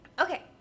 okay